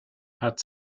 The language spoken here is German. hat